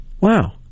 wow